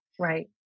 Right